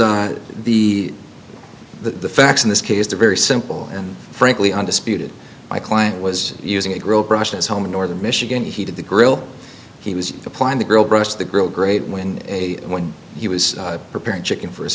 as the the facts in this case the very simple and frankly undisputed my client was using a grill brush his home in northern michigan he did the grill he was supplying the grill brush the grill great when when he was preparing chicken for his